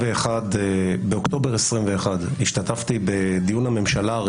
לומר שבאוקטובר 2021 השתתפתי בממשלה בדיון